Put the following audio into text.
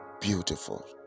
beautiful